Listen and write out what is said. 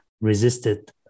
resisted